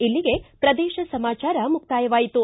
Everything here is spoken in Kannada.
ಇಲ್ಲಿಗೆ ಪ್ರದೇಶ ಸಮಾಚಾರ ಮುಕ್ತಾಯವಾಯಿತು